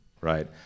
right